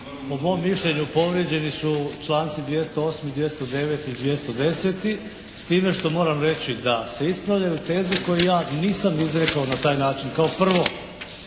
Po mom mišljenju povrijeđeni su članci 208., 209. i 210. s time što moram reći da se ispravljaju teze koje ja nisam izrekao na taj način. Kao prvo,